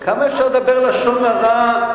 כמה אפשר לדבר לשון הרע,